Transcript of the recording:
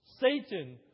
Satan